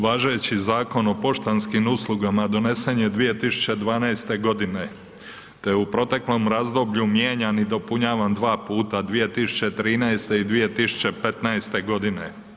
Važeći zakon o poštanskim uslugama donesen je 2012. te je u proteklom razdoblju mijenjan i dopunjavan 2 puta, 2013. i 2015. godine.